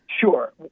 Sure